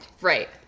Right